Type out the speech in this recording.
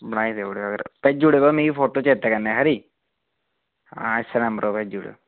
बनाई देई ओड़ेओ भेजी ओड़ेओ तुस मिगी चेते कन्नै खरी आं इस नंबर उप्पर भेजी ओड़ेओ